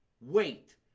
wait